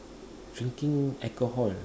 drinking alcohol